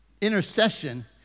Intercession